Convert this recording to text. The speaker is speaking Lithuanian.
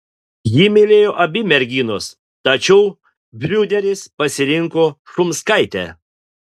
jį mylėjo abi merginos tačiau briūderis pasirinko šumskaitę